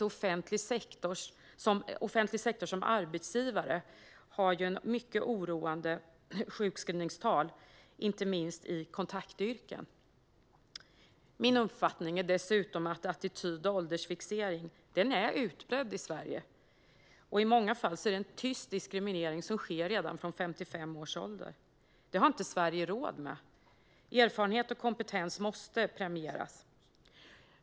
Offentlig sektor som arbetsgivare har mycket oroande sjukskrivningstal, inte minst i kontaktyrken. Min uppfattning är dessutom att det finns en viss attityd till äldre och att åldersfixeringen är utbredd i Sverige. Det är i många fall en tyst diskriminering som sker redan från 55 års ålder. Det har Sverige inte råd med. Erfarenhet och kompetens måste premieras.